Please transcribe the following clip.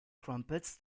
crumpets